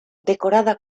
decorada